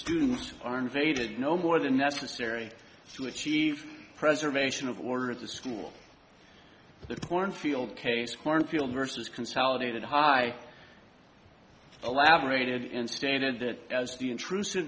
students are invaded no more than necessary to achieve preservation of order at the school the cornfield case cornfield versus consolidated high elaborated in stated that as the intrusive